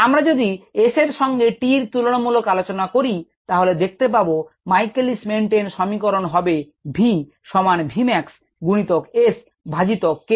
আমরা যদি S এর সঙ্গে t এর তুলনামূলক আলোচনা করি তাহলে দেখতে পাব Michaelis Menten সমীকরণ হবে v সমান v max গুণিতক S ভাজিতক K m যুক্ত S